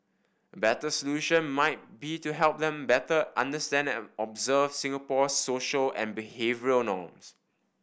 a better solution might be to help them better understand and observe Singapore's social and behavioural norms